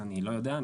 אני לא יודע.